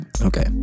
Okay